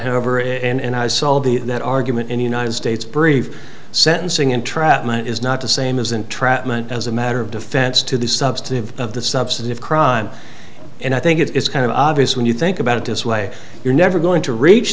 however it and i saw all the that argument in the united states brief sentencing entrapment is not the same as entrapment as a matter of defense to the substantive of the subsidy of crime and i think it's kind of obvious when you think about it this way you're never going to reach